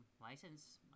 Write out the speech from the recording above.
license